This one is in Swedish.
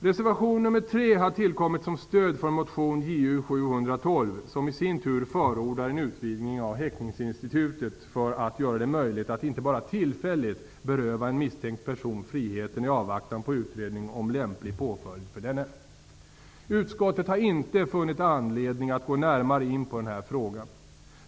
Reservation nr 3 har tillkommit som stöd för motion Ju712 som i sin tur förordar en utvidgning av häktningsinstitutet för att göra det möjligt att, inte bara tillfälligt, beröva en misstänkt person friheten i avvaktan på utredning om lämplig påföljd för denne. Utskottet har inte funnit anledning att gå närmare in på den här frågan.